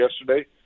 yesterday